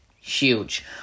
huge